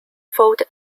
folded